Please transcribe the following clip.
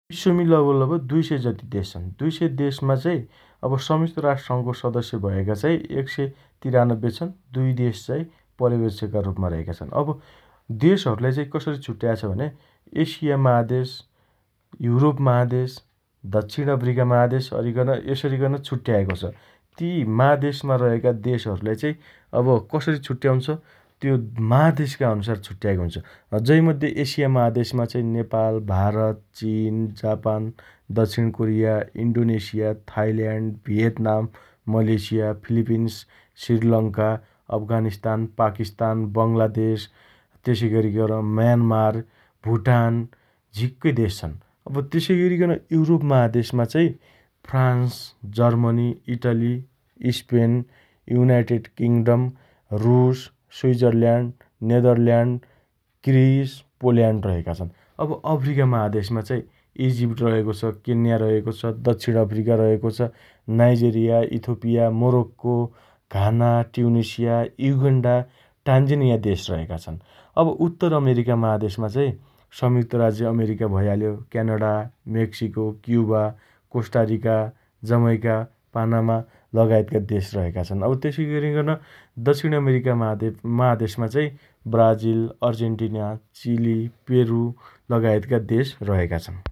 विश्वमी लगभग लगभग दुइ सिय जति देश छन् । दुइ सय देशमा चाइ संयुक्त राष्ट्र संघको सदस्य भएका चाइ एक सय त्रिनब्बे छन् । दुइ देश चाइ प्रयवेक्षकका रुपमा रहेका छन् । देशहरुलाई कस्तरी छुट्याएको छ भने एशिया महादेश, यूरोप महादेश, दक्षिण अफ्रिका महादेश अरिकन यसरीकन छुट्याएको छ । ती महादेशमा रहेका देशहरुलाई चाइ अब कसरी छुट्याउँन्छ त्यो महादेशका अनुसार छुट्याएको हुन्छ । जैमध्ये एशिया महादेशमा चाइ नेपाल भारत, चिन, जापान, दक्षिण Korea, Indonesia, Thailand, Vietnam, Malaysia, Philippines, Sri Lanka, Afghanistan, Pakistan, Bangladesh, त्यसैगरीन म्यान्मार, भूटान, झिक्कै देश छन् । अब तेसैअरिकन यूरोप महादेशमा चाइ France, Germany, Italy, Spain, United Kingdom, रुस, स्वजरल्याण्ड, नेदरल्याण्ड, क्रिस, पोल्याण्ड रहेका छन् । अब अफ्रिका महादेशमा इजिप्ट रहेको छ । केन्या रहेको छ । दक्षिण अफ्रिका रहेको छ । Nigeria, Ethiopia, Morocco Ghana, Tunisia, Uganda, Tanzania देश रहेका छन् । अब उत्तर अमेरिका महादेशमा चाइ संयुक्त राज्य अमेरिका भइहाल्यो । Canada, Mexico, Cuba, Costa Rica, Jamaica, Panama लगायतका देश रहेका छन् । अब तेसैअरिकन दक्षिण अमेरिकामा महा महादेशमा चाइ ब्राजिल, अर्जन्टिना, चिली, पेरु, लगायतका देश रहेका ।